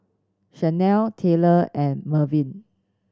Shanell Taylor and Mervyn